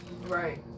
right